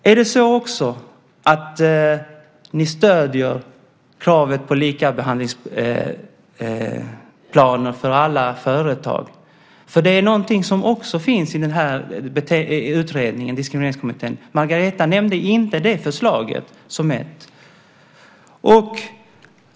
Är det också så att ni stöder kravet på likabehandlingsplaner för alla företag? Det är någonting som också finns i betänkandet från Diskrimineringskommittén. Magdalena nämnde inte det förslaget.